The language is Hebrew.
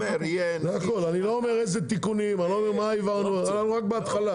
אני לא אומר איזה תיקונים, אנחנו רק בהתחלה.